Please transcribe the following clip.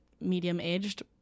medium-aged